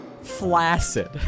flaccid